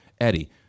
Eddie